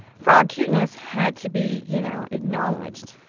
frog cuteness had to be, you know, acknowledged.